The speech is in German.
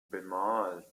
bemalt